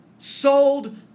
Sold